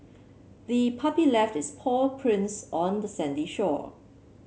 the puppy left its paw prints on the sandy shore